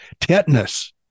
tetanus